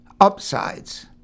upsides